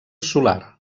solar